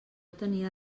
tenia